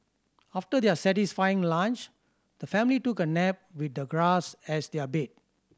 after their satisfying lunch the family took a nap with the grass as their bed